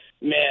Man